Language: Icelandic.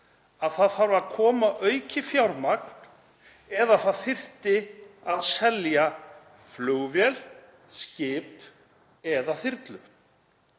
að það þarf að koma aukið fjármagn eða það þyrfti að selja flugvél, skip eða þyrlu.“